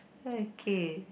okay